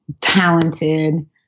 talented